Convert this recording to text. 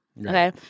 Okay